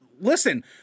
listen